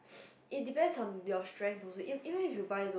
it depend on your strength also even if you buy those